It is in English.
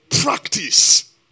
Practice